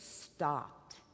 stopped